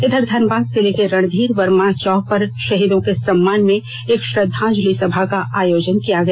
इधर धनबाद जिले के रणधीर वर्मा चौक पर शहीदों के सम्मान में एक श्रद्वांजलि सभा का आयोजित किया गया